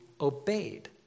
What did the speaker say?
obeyed